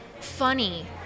funny